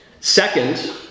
Second